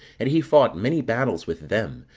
and he fought many battles with them,